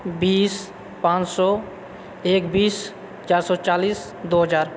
बीस पाँच सए एक बीस चारि सए चालीस दू हजार